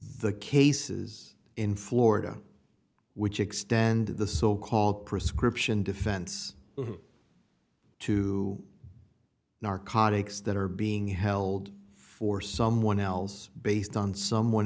the cases in florida which extend the so called prescription defense to narcotics that are being held for someone else based on someone